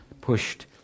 pushed